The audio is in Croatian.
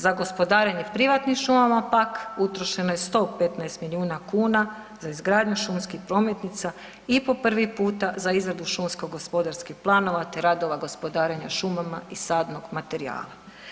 Za gospodarenje privatnim šumama pak utrošeno je 115 miliona kuna za izgradnju šumskih prometnica i po prvi puta za izradu šumsko-gospodarskih planova te radova gospodarenja šumama i sadnog materijala.